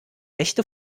echte